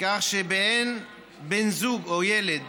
כך שבאין בן זוג או ילד